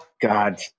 God